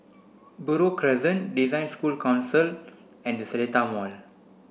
Buroh Crescent Council and The Seletar Mall